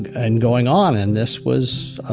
and going on, and this was